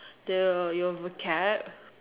the your vocab